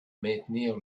maintenir